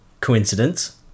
coincidence